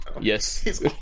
Yes